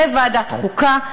בוועדת חוקה?